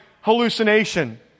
hallucination